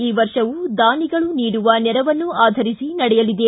ಈ ವರ್ಷವೂ ದಾನಿಗಳು ನೀಡುವ ನೆರವನ್ನು ಆಧರಿಸಿ ನಡೆಯಲಿದೆ